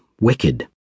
wicked